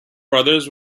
brothers